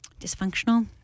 Dysfunctional